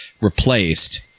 replaced